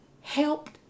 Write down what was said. helped